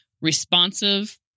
Responsive